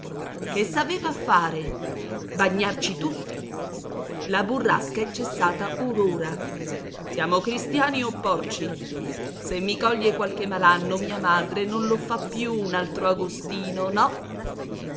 s'aveva a fare bagnarci tutti la burrasca è cessata or ora siamo cristiani o porci se mi coglie qualche malanno mia madre non lo fa più un altro agostino no